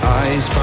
eyes